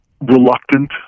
reluctant